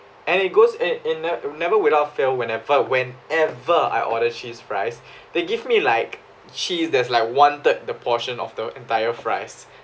and it goes in in that never without fail whenever whenever I order cheese fries they give me like cheese that's like one third the portion of the entire fries